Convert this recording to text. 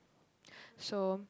so